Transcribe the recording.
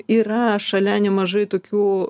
yra šalia nemažai tokių